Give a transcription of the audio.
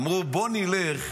הם אמרו: בוא נלך